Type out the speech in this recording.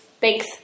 Thanks